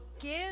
give